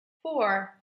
four